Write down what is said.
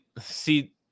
see